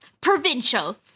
Provincial